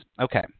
Okay